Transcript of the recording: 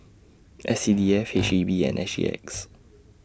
S C D F H E B and S G X